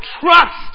trust